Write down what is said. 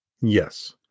Yes